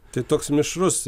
tai toks mišrus